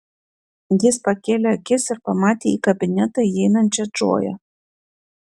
jis pakėlė akis ir pamatė į kabinetą įeinančią džoją